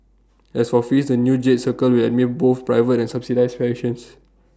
as for fees the new jade circle will admit both private and subsidised patients